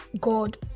God